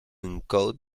encode